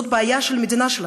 זאת הבעיה של המדינה שלנו,